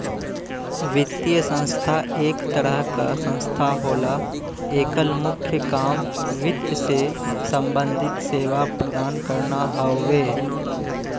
वित्तीय संस्था एक तरह क संस्था होला एकर मुख्य काम वित्त से सम्बंधित सेवा प्रदान करना हउवे